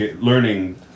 learning